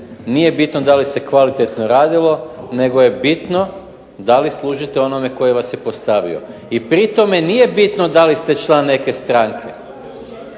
nije bitno da li se kvalitetno radilo nego je bitno da li služite onome koji vas je postavio. I pri tome nije bitno da li ste član neke stranke.